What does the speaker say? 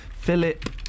Philip